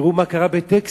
תראו מה קרה בטקסס: